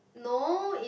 no it's